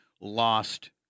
lost